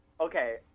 okay